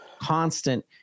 constant